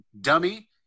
dummy